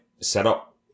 setup